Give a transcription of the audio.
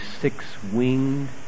six-winged